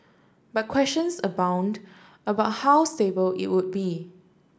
but questions abound about how stable it would be